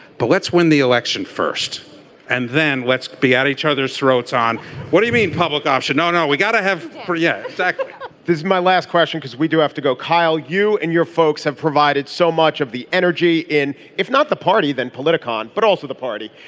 but let's win the election first and then let's be at each other's throats on what do you mean public option. no no we got to have four yes so this is my last question because we do have to go. kyle you and your folks have provided so much of the energy in if not the party than political gain. and but also the party.